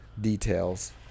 details